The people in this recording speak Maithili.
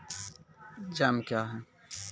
जैम क्या हैं?